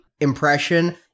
impression